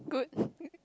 good